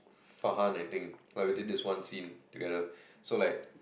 Farhan I think we did this one scene together so like